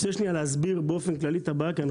אני אנסה שנייה להסביר את הבעיה באופן כללי,